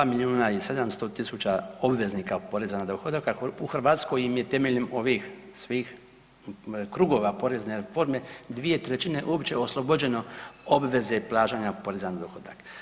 Od 2 milijuna i 700 tisuća obveznika poreza na dohodak u Hrvatskoj im je temeljem ovih svih krugova porezne reforme 2/3 uopće oslobođeno obveze plaćanja poreza na dohodak.